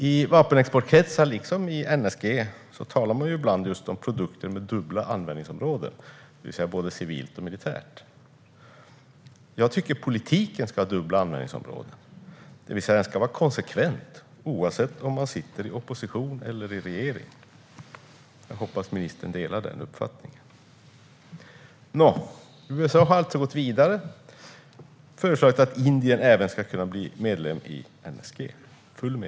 I vapenexportkretsar, liksom i NSG, talar man ibland om produkter med dubbla användningsområden, det vill säga både civilt och militärt. Jag tycker att politiken ska ha dubbla användningsområden; den ska vara konsekvent oavsett om man sitter i opposition eller i regering. Jag hoppas att ministern delar den uppfattningen. USA har alltså gått vidare och föreslagit att Indien även ska kunna få fullt medlemskap i NSG.